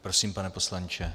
Prosím, pane poslanče.